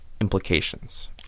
implications